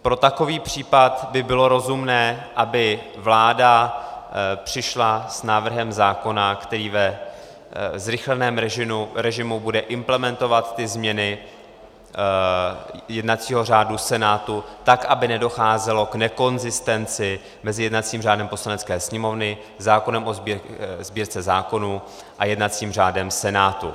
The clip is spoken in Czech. Pro takový případ by bylo rozumné, aby vláda přišla s návrhem zákona, který ve zrychleném režimu bude implementovat změny jednacího řádu Senátu tak, aby nedocházelo k nekonzistenci mezi jednacím řádem Poslanecké sněmovny, zákonem o Sbírce zákonů a jednacím řádem Senátu.